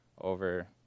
over